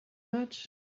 much